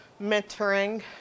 mentoring